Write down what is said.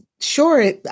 sure